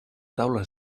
taula